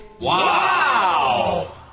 Wow